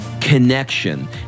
connection